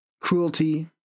cruelty